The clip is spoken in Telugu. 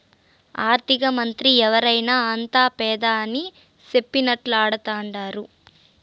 ఆర్థికమంత్రి ఎవరైనా అంతా పెదాని సెప్పినట్లా ఆడతండారు